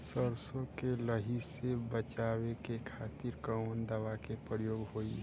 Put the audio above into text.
सरसो के लही से बचावे के खातिर कवन दवा के प्रयोग होई?